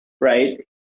right